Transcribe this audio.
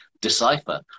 decipher